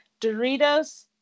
Doritos